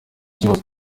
ikibazo